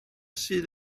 sydd